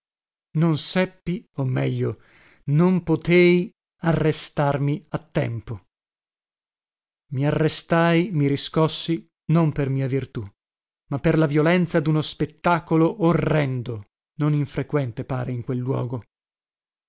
non seppi o meglio non potei arrestarmi a tempo i arrestai mi riscossi non per mia virtù ma per la violenza duno spettacolo orrendo non infrequente pare in quel luogo